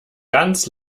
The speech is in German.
ganz